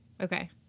Okay